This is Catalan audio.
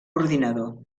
ordinador